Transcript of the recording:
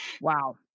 Wow